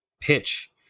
pitch